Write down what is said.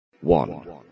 One